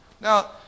Now